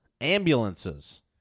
ambulances